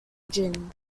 gin